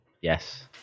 Yes